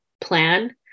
plan